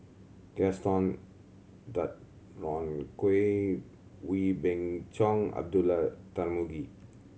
Gaston Dutronquoy Wee Beng Chong Abdullah Tarmugi